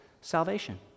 salvation